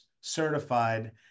certified